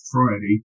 Friday